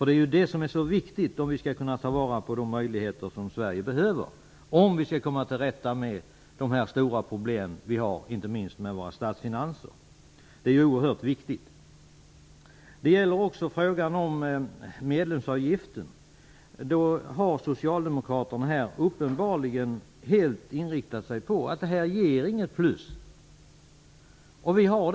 Det är ju det som är så viktigt om vi skall kunna ta vara på de möjligheter Sverige behöver för att komma till rätta med de stora problem vi har - inte minst med våra statsfinanser. Det är oerhört viktigt. Det gäller också frågan om medlemsavgiften. Socialdemokraterna har uppenbarligen helt inriktat sig på att medlemskapet inte ger något plus.